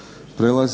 Hvala